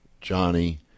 Johnny